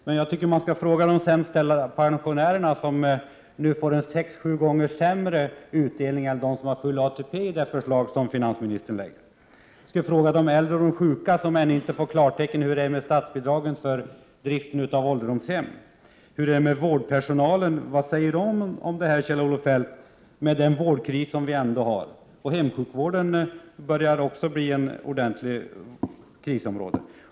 Men jag tycker att man skall fråga de sämst ställda pensionärerna, som nu enligt det förslag som finansministern lägger fram får sex sju gånger sämre utdelning än de som har full ATP. Man skall fråga de äldre och de sjuka som ännu inte fått klartecken när det gäller statsbidragen för driften av ålderdomshem. Och vad säger vårdpersonalen om detta, Kjell-Olof Feldt, med tanke på den vårdkris som vi ändå har? Hemsjukvården börjar också bli ett krisområde.